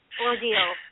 ordeal